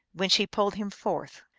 when she pulled him forth.